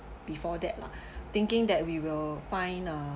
before that lah thinking that we will find uh